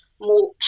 more